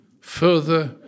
further